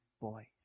boys